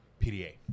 PDA